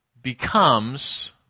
becomes